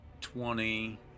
twenty